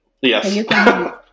Yes